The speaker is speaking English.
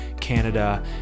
Canada